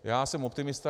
Já jsem optimista.